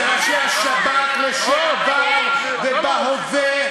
וראשי השב"כ לשעבר ובהווה,